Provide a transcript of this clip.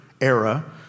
era